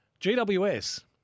GWS